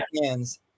hands